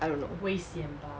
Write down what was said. I don't know